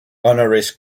honoris